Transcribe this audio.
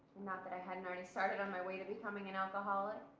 not that i hadn't already started on my way to becoming an alcoholic.